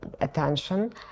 attention